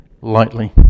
lightly